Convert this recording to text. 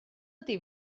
ydy